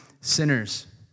sinners